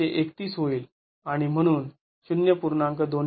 १३१ होईलआणि म्हणून ०